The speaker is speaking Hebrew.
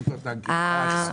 השר אמר.